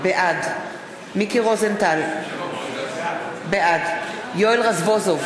בעד מיקי רוזנטל, בעד יואל רזבוזוב,